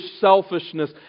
selfishness